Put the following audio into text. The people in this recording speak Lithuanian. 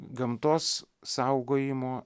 gamtos saugojimo